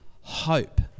hope